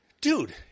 dude